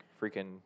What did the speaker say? freaking